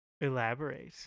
Elaborate